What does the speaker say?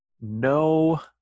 No